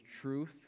truth